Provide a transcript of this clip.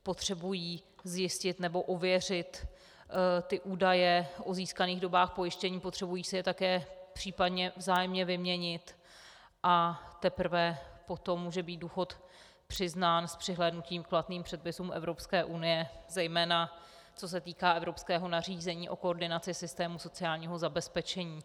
Potřebují zjistit nebo ověřit údaje o získaných dobách pojištění, potřebují si je také případně vzájemně vyměnit, a teprve potom může být důchod přiznán s přihlédnutím k platným předpisům Evropské unie, zejména co se týká evropského nařízení o koordinaci systému sociálního zabezpečení.